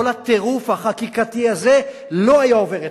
כל הטירוף החקיקתי הזה לא היה עובר אצלו,